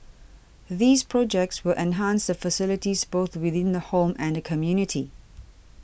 these projects will enhance the facilities both within the home and community